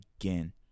again